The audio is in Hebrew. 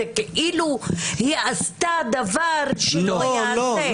זה כאילו שהיא עשתה דבר שלא יעשה --- לא,